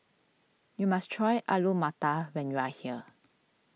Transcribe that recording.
you must try Alu Matar when you are here